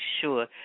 sure